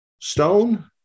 stone